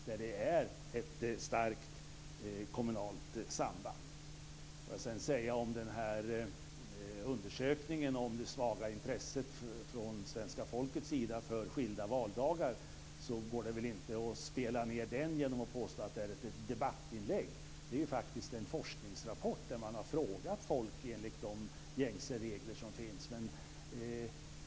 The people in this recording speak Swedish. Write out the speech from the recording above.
Där finns det ett starkt kommunalt samband. Det går inte att spela ned den här undersökningen om det svaga intresset från svenska folkets sida för skilda valdagar genom att påstå att den är ett debattinlägg. Det är faktiskt en forskningsrapport där man har frågat folk enligt de gängse regler som finns.